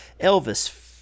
Elvis